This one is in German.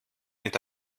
mit